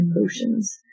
emotions